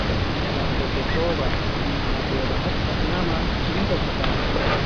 Nyalande pessover, ummatooore mofta nyama numta ko saali.